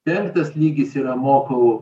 penktas lygis yra mokau